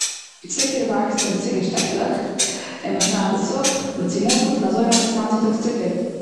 צוקער וואקסט און צוקער שטעקלעך. און מ'שניידט עס אפ, מ'צומאלט עס, און אזוי האבן אונז היינט צוטאגס צוקער.